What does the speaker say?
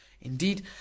Indeed